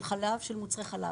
של חלב של מוצרי חלב.